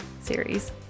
series